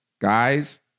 Guys